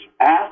ask